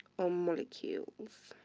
or molecules.